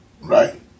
right